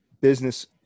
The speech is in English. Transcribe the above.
business